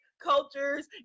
cultures